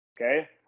Okay